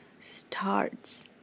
starts